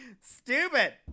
Stupid